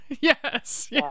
Yes